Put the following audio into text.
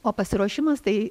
o pasiruošimas tai